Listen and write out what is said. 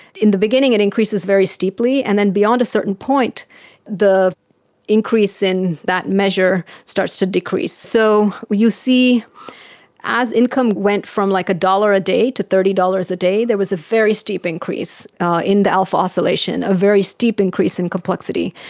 in the beginning it increases very steeply, and then beyond a certain point the increase in that measure starts to decrease. so you see as income went from like one dollars a day to thirty dollars a day there was a very steep increase in the alpha oscillation, a very steep increase in complexity.